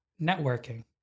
networking